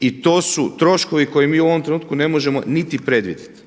i to su troškovi koje mi u ovom trenutku ne možemo niti predvidjeti.